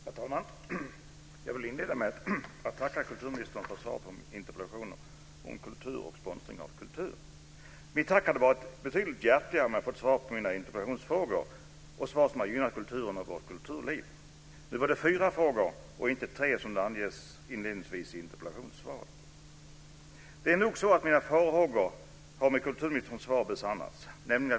Herr talman! Jag vill inleda med att tacka kulturministern för svaret på mina interpellationer om kultur och sponsring av kultur. Mitt tack hade varit betydligt hjärtligare om jag hade fått svar på mina interpellationsfrågor, och svar som hade gynnat kulturen och vårt kulturliv. Nu var det fyra frågor - och inte tre, som inledningsvis anges i interpellationssvaret. Mina farhågor har i och med kulturministerns svar besannats.